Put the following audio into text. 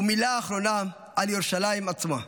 ומילה אחרונה על יום ירושלים עצמו.